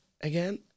again